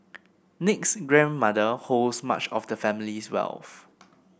Nick's grandmother holds much of the family wealth